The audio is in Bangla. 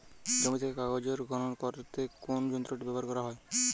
জমি থেকে গাজর খনন করতে কোন যন্ত্রটি ব্যবহার করা হয়?